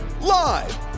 Live